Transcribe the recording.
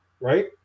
right